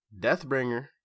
Deathbringer